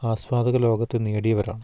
ആസ്വാദക ലോകത്തെ നേടിയവരാണ്